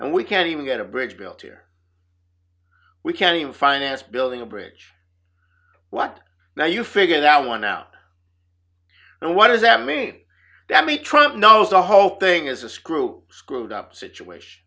and we can't even get a bridge built here we can even finance building a bridge what now you figure that one out and what does that mean to me trump knows a hope thing is a scroope screwed up situation